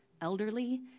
elderly